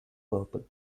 purple